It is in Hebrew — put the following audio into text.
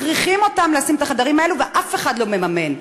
מכריחים אותם לשים את החדרים האלה ואף אחד לא מממן.